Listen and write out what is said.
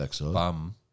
bum